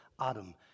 Adam